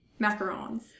Macarons